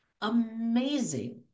Amazing